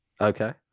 Okay